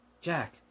Jack